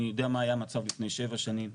אני יודע מה היה המצב לפני שבע שנים,